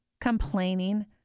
complaining